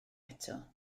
eto